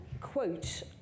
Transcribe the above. quote